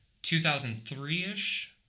2003-ish